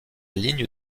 ligne